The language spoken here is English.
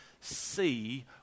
see